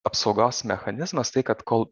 apsaugos mechanizmas tai kad kol